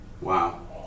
Wow